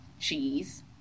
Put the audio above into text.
cheese